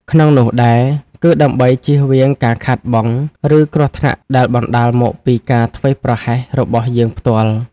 ក្នុងនោះដែរ គឺដើម្បីជៀសវាងការខាតបង់ ឬគ្រោះថ្នាក់ដែលបណ្ដាលមកពីការធ្វេសប្រហែសរបស់យើងផ្ទាល់។